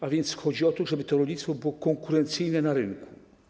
A chodzi o to, żeby rolnictwo było konkurencyjne na rynku.